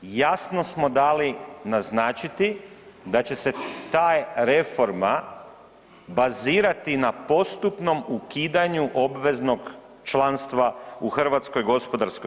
Jasno smo dali naznačiti da će se ta reforma bazirati na postupnom ukidanju obveznog članstva u HGK.